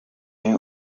agira